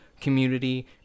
community